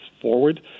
forward